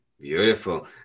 Beautiful